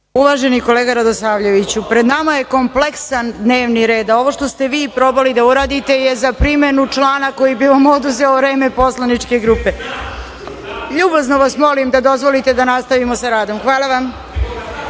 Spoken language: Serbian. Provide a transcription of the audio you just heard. Uvaženi kolega Radosavljeviću, pred nama je kompleksan dnevni red, a ovo što ste vi probali da uradite je za primenu člana koji bi vam oduzeo vreme poslaničke grupe. Ljubazno vas molim da dozvolite da nastavimo sa radom. Hvala vam. Sada